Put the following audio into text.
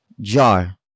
jar